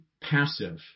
passive